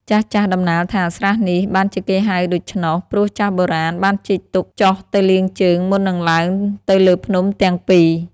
ចាស់ៗ តំណាលថា ស្រះនេះ បានជាគេហៅដូច្នោះ ព្រោះចាស់បុរាណ បានជីកទុកចុះទៅលាងជើង មុននឹងឡើងទៅលើភ្នំទាំង ២ ។